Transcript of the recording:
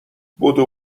بدو